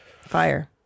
Fire